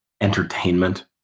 entertainment